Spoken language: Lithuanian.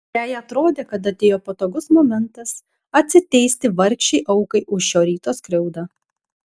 jai atrodė kad atėjo patogus momentas atsiteisti vargšei aukai už šio ryto skriaudą